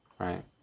right